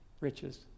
riches